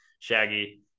Shaggy